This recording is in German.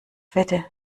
wette